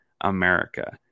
America